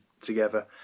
together